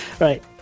Right